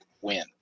win